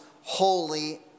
holy